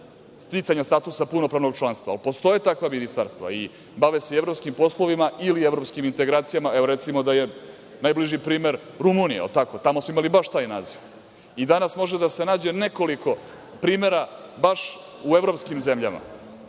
sticanje statusa punopravnog članstva. Postoje takva ministarstva i bave se evropskim poslovima ili evropskim integracijama. Evo, recimo da je najbliži primer Rumunija. Tamo smo imali baš taj naziv. I danas može da se nađe nekoliko primera baš u evropskim zemljama